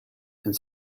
and